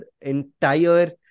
entire